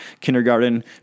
Kindergarten